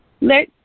Let